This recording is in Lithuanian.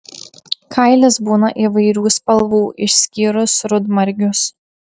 kailis būna įvairių spalvų išskyrus rudmargius